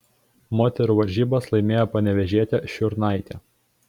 moterų varžybas laimėjo panevėžietė šiurnaitė